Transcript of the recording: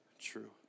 true